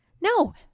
No